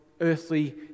earthly